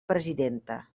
presidenta